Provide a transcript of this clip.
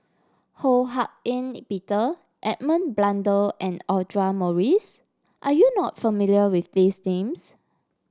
Ho Hak Ean Peter Edmund Blundell and Audra Morrice are you not familiar with these names